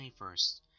21st